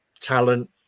talent